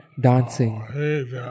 dancing